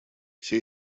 все